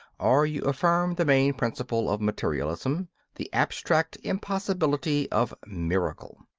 or you affirm the main principle of materialism the abstract impossibility of miracle.